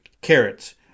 Carrots